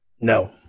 No